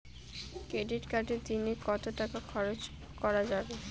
Credit কার্ডে দিনে কত টাকা খরচ করা যাবে?